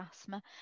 asthma